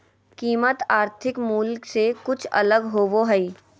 कीमत आर्थिक मूल से कुछ अलग होबो हइ